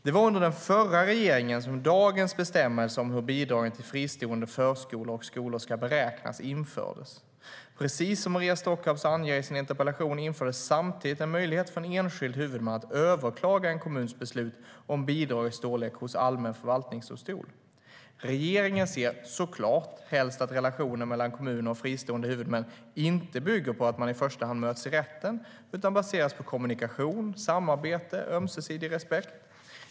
Det var under den förra regeringen som dagens bestämmelser om hur bidragen till fristående förskolor och skolor ska beräknas infördes. Precis som Maria Stockhaus anger i sin interpellation infördes samtidigt en möjlighet för en enskild huvudman att överklaga en kommuns beslut om bidragets storlek hos allmän förvaltningsdomstol. Regeringen ser såklart helst att relationen mellan kommuner och fristående huvudmän inte bygger på att man i första hand möts i rätten utan baseras på kommunikation, samarbete och ömsesidig respekt.